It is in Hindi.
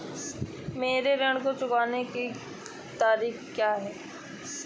मेरे ऋण को चुकाने की तारीख़ क्या है?